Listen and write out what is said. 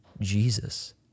Jesus